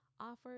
offer